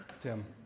Tim